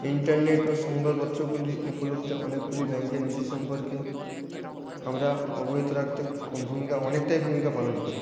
internet ও সংবাদপত্রগুলি উপলব্ধে অনেকগুলি ব্যাংকের নীতি সম্পর্কে আমরা অবহিত রাখতে কম ভূমিকা অনেকটাই ভূমিকা পালন করে